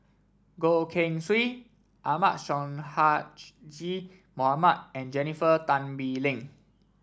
Goh Keng Swee Ahmad Mohamad and Jennifer Tan Bee Leng